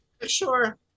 Sure